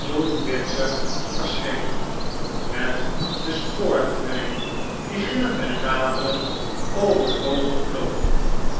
toen bitzer verscheen met den spoortrein die gillend en ratelend over de bogen vloog